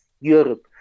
Europe